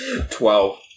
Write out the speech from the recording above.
Twelve